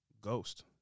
ghost